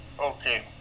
okay